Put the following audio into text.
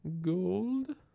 gold